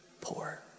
poor